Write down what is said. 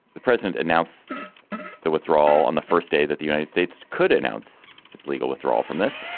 the president announced the withdrawal on the first day that the united states could announce its legal withdrawal from this.